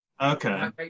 Okay